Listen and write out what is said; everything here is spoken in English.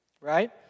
right